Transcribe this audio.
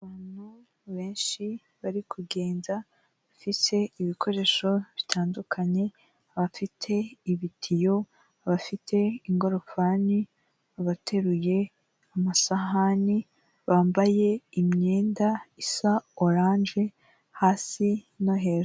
Abantu benshi bari kugenda bafite ibikoresho bitandukanye abafite ibitiyo, bafite ingorofani bateruye amasahani bambaye imyenda isa orange hasi no hejuru.